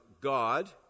God